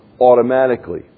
automatically